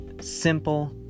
simple